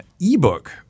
ebook